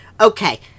Okay